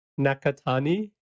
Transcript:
Nakatani